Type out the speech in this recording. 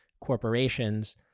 corporations